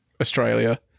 Australia